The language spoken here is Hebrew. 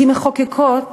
כמחוקקות